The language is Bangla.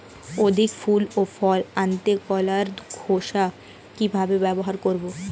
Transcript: অধিক ফুল ও ফল আনতে কলার খোসা কিভাবে ব্যবহার করব?